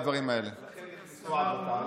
לכן נכנסו עד לתעלה?